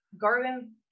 garden